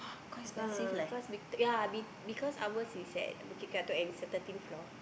uh cause we take ya we because ours is at Bukit-Batok and it's the thirteen floor